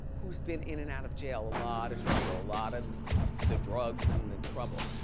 who's been in and out of jail, a lot of trouble. a lot of the drugs and the trouble.